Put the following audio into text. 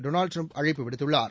பொனால்ட் Trump அழைப்பு விடுத்துள்ளார்